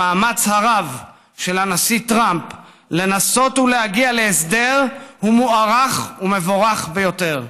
המאמץ הרב של הנשיא טראמפ לנסות ולהגיע להסדר הוא מוערך ומבורך ביותר.